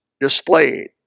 displayed